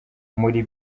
muri